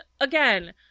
again